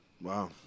Wow